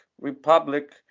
Republic